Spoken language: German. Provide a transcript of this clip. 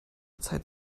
zeit